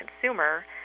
consumer